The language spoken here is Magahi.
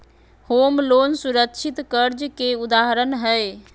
होम लोन सुरक्षित कर्ज के उदाहरण हय